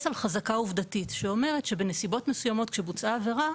על חזקה עובדתית שאומרת שבנסיבות מסוימות כשבוצעה העבירה,